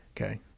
okay